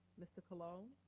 mr. colon.